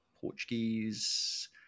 Portuguese